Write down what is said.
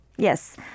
Yes